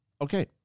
okay